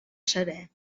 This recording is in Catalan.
seré